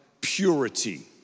purity